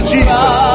Jesus